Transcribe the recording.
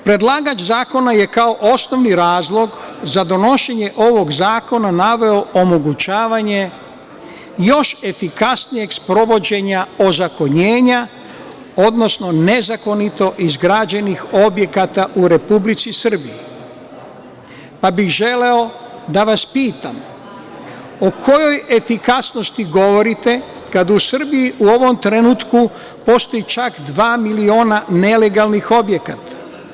Predlagač zakona je kao osnovni razlog za donošenje ovog zakona naveo omogućavanje još efikasnijeg sprovođenja ozakonjenja, odnosno nezakonito izgrađenih objekata u Republici Srbiji, pa bih želeo da vas pitam - o kojoj efikasnosti govorite kada u Srbiji u ovom trenutku postoji čak dva miliona nelegalnih objekata?